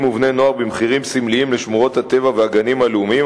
ובני-נוער לשמורות הטבע והגנים הלאומיים במחירים סמליים,